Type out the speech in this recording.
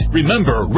Remember